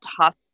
tough